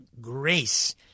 grace